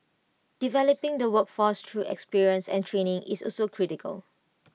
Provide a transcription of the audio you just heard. developing the workforce through experience and training is also critical